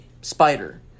spider